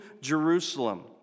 Jerusalem